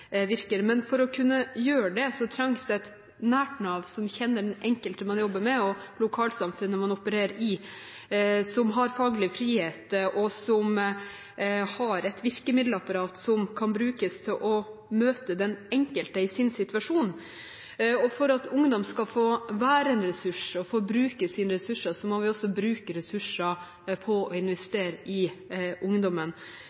Men for å kunne gjøre dette trengs det et nært Nav som kjenner den enkelte man jobber med, og lokalsamfunnet man opererer i, som har faglig frihet, og som har et virkemiddelapparat som kan brukes til å møte den enkelte i deres situasjon. For at ungdom skal få være en ressurs og få bruke sine ressurser, må vi også bruke ressurser på å